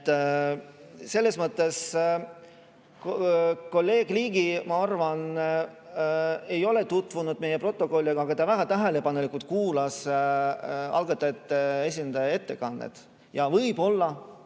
arvan, et kolleeg Ligi ei ole tutvunud meie protokolliga, aga ta väga tähelepanelikult kuulas algatajate esindaja ettekannet ja võib-olla